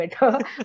better